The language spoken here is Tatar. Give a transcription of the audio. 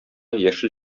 яшел